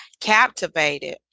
captivated